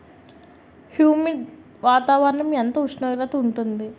Humid వాతావరణం ఎంత ఉష్ణోగ్రత ఉంటుంది?